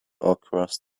across